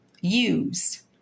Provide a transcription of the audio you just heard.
use